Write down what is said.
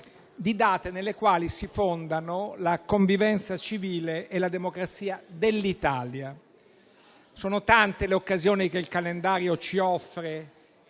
di date nelle quali si fondano la convivenza civile e la democrazia dell'Italia. Sono tante le occasioni che il calendario ci offre,